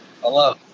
Hello